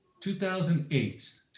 2008